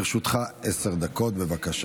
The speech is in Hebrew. לרשותך עשר דקות, בבקשה.